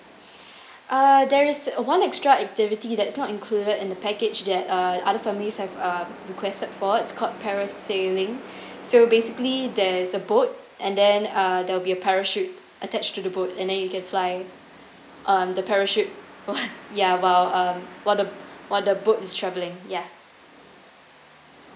err there is one extra activity that is not included in the package that uh other families have uh requested for it's called parasailing so basically there's a boat and then uh there will be a parachute attached to the boat and then you can fly um the parachute ya while um while the while the boat is travelling ya